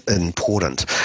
important